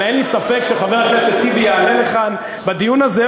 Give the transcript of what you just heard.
אבל אין לי ספק שחבר הכנסת טיבי יעלה לכאן בדיון הזה,